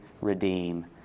redeem